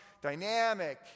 dynamic